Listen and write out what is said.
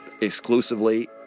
exclusively